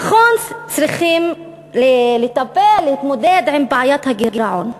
נכון שצריכים לטפל, להתמודד, עם בעיית הגירעון,